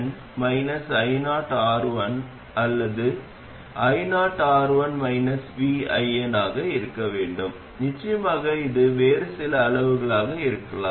மின்னழுத்த உள்ளீட்டிற்கான எங்கள் பிரதிநிதித்துவம் மின்னழுத்த மூல vi என்பது மின்தடை RS உடன் தொடரில் உள்ளது என்பதை நினைவில் கொள்க அது RS க்கு இணையாக ii தற்போதைய ஆதாரமாக இருந்தால் நீங்கள் சிந்திக்கலாம்